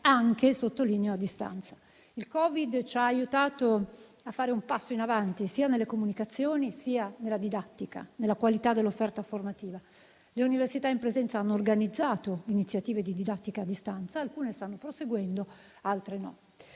anche - sottolineo - a distanza. Il Covid ci ha aiutato a fare un passo in avanti sia nelle comunicazioni, sia nella didattica, nella qualità dell'offerta formativa. Le università in presenza hanno organizzato iniziative di didattica a distanza; alcune stanno proseguendo, altre no.